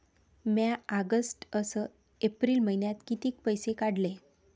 म्या ऑगस्ट अस एप्रिल मइन्यात कितीक पैसे काढले?